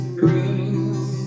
grace